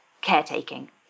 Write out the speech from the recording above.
caretaking